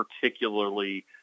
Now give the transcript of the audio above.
particularly